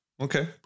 Okay